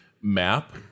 map